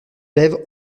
lèvent